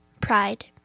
pride